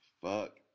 Fuck